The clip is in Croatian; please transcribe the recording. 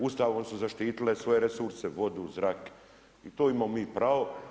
Ustavom su zaštitile svoje resurse vodu, zrak i to imamo mi pravo.